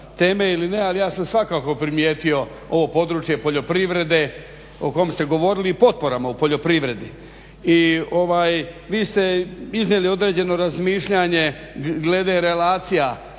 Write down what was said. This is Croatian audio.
teme ili ne, ali ja sam svakako primijetio ovo područje poljoprivrede o kom ste govorili i potporama u poljoprivredi. I vi ste iznijeli određeno razmišljanje glede relacija